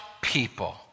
people